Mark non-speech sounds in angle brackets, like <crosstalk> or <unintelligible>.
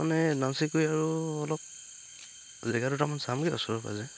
<unintelligible>